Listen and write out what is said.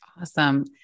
Awesome